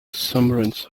summaries